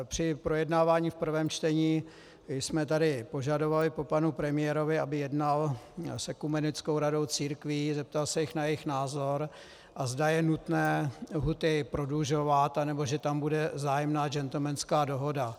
Při projednávání v prvním čtení jsme tady požadovali po panu premiérovi, aby jednal s Ekumenickou radou církví, zeptal se jich na jejich názor a zda je nutné lhůty prodlužovat, anebo že tam bude vzájemná džentlmenská dohoda.